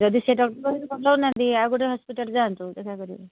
ଯଦି ସେ ଡକ୍ଟର୍ ଯଦି ପଠାଉ ନାହାନ୍ତି ଆଉ ଗୋଟେ ହସ୍ପିଟାଲ୍ ଯାଆନ୍ତୁ ଦେଖା କରିବାକୁ